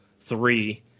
three